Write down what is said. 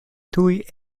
tuj